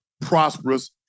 prosperous